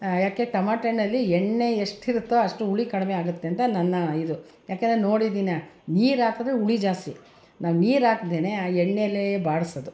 ಯಾಕೆ ಟೊಮಟ ಹಣ್ಣಲ್ಲಿ ಎಣ್ಣೆ ಎಷ್ಟಿರುತ್ತೋ ಅಷ್ಟು ಹುಳಿ ಕಡ್ಮೆಯಾಗುತ್ತೆ ಅಂತ ನನ್ನ ಇದು ಯಾಕೆಂದರೆ ನೋಡಿದ್ದೀನಿ ನೀರು ಹಾಕಿದ್ರೆ ಹುಳಿ ಜಾಸ್ತಿ ನಾವು ನೀರು ಹಾಕ್ದೇನೆ ಎಣ್ಣೆಲೆ ಬಾಡಿಸೋದು